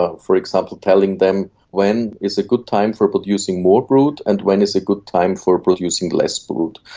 ah for example telling them when is a good time for producing more brood and when is a good time for producing less brood.